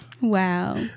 Wow